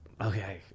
Okay